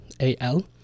A-L